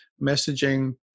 messaging